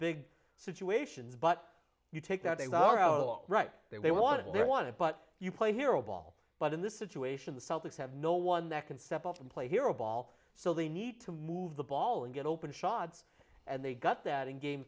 big situations but you take that they are all right they wanted they wanted but you play hero ball but in this situation the celtics have no one that can step up and play hero ball so they need to move the ball and get open shots and they got that in game